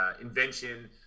invention